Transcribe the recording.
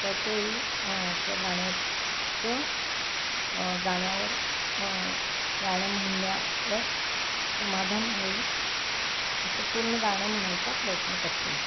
त्याच वेळी त्या गाण्याचं गाण्यावर गाणं म्हणण्यावर समाधान होईल असं पूर्ण गाणं म्हणायचा प्रयत्न करते